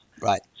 Right